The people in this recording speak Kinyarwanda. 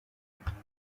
imihanda